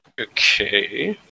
Okay